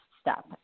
step